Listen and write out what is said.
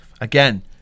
again